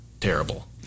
terrible